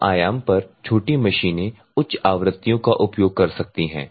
कम आयाम पर छोटी मशीनें उच्च आवृत्तियों का उपयोग कर सकती हैं